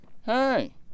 hey